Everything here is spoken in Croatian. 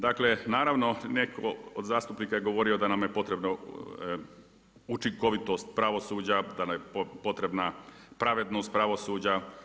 Dakle naravno neko od zastupnika je govorio da nam je potrebno učinkovitost pravosuđa, da nam je potrebna pravednost pravosuđa.